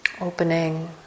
Opening